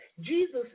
Jesus